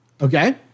Okay